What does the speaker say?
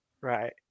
Right